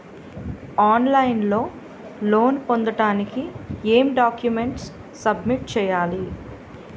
On line లో loan పొందటానికి ఎం డాక్యుమెంట్స్ సబ్మిట్ చేయాలి?